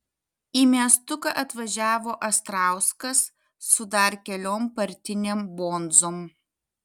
į miestuką atvažiavo astrauskas su dar keliom partinėm bonzom